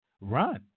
Run